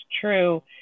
true